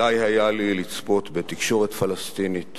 די היה לי לצפות בתקשורת פלסטינית